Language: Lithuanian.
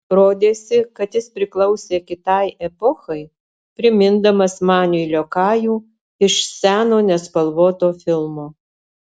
rodėsi kad jis priklausė kitai epochai primindamas maniui liokajų iš seno nespalvoto filmo